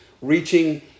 reaching